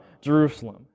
Jerusalem